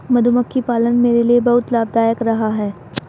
मधुमक्खी पालन मेरे लिए बहुत लाभदायक रहा है